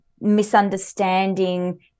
misunderstanding